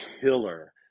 killer